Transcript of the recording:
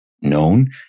known